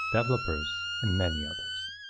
developers, and many others.